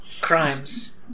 Crimes